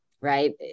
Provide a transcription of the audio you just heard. right